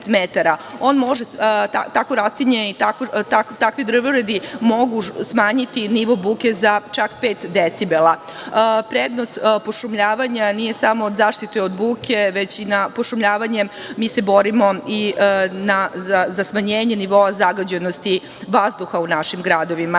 takvo rastinje i takvi drvoredi mogu smanjiti nivo buke za čak pet decibela. Prednost pošumljavanja nije samo zaštita od buke već i pošumljavanje. Mi se borimo i za smanjenje nivoa zagađenosti vazduha u našim gradovima. Takođe,